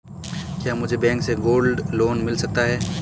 क्या मुझे बैंक से गोल्ड लोंन मिल सकता है?